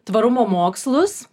tvarumo mokslus